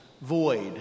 void